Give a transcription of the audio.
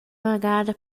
vargada